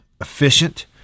efficient